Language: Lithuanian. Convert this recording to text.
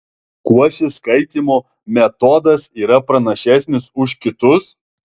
kuo šis skaitymo metodas yra pranašesnis už kitus